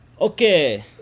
okay